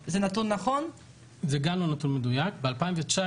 זה לא נכון מה שאתה אומר.